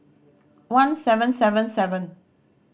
one seven seven seven